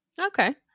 Okay